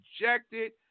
rejected